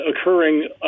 occurring